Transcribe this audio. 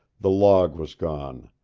the log was gone,